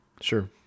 Sure